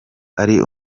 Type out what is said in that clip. ari